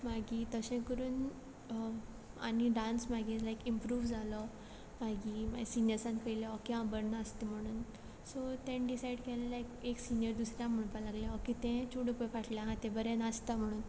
मागीर तशें करून आनी डान्स म्हागे लायक इमप्रूव जालो मागीर सिनियर्सांनी पयलें ओके हांव बरें नाचता म्हणून सो तेणे डिसायड केल्लें एक सिनीयर दुसऱ्या म्हणपा लागलें ओके तें चेडूं पय फाटल्यान आसा तें तें बरें नाचता म्हणून